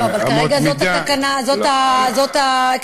לא, אבל כרגע זה הקריטריון המחייב.